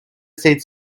said